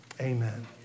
amen